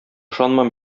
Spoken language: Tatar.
ышанма